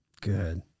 Good